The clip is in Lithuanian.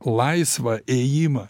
laisvą ėjimą